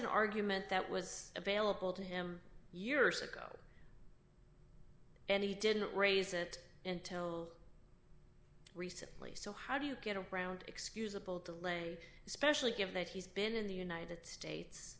an argument that was available to him years ago and he didn't raise it in till recently so how do you get around excusable to lay especially given that he's been in the united states